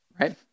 right